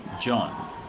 john